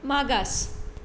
मागास